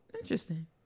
Interesting